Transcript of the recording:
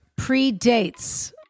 predates